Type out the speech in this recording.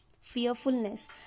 fearfulness